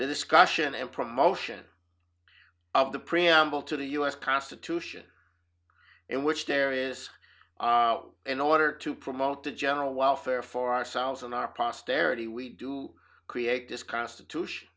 discussion and promotion of the preamble to the us constitution in which there is in order to promote the general welfare for ourselves and our posterity we do create this constitution